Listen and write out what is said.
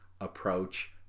approach